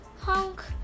honk